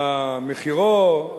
מחירו,